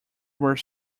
were